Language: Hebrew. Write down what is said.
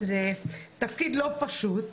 זה תפקיד לא פשוט